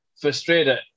frustrated